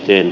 teen